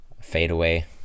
fadeaway